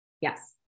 Yes